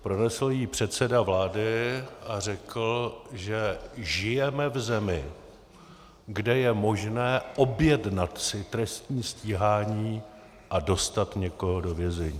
Pronesl ji předseda vlády a řekl, že žijeme v zemi, kde je možné si objednat trestní stíhání a dostat někoho do vězení.